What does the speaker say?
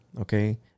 Okay